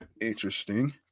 Interesting